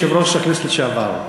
יושב-ראש הכנסת לשעבר,